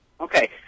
Okay